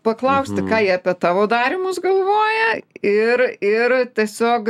paklausti ką jie apie tavo darymus galvoja ir ir tiesiog